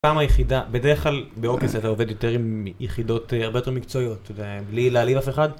בפעם היחידה. בדרך כלל בעוקץ אתה עובד יותר עם יחידות הרבה יותר מקצועיות, בלי להעליב אף אחד,